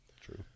True